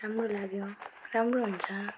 हाम्रो लागि हो राम्रो हुन्छ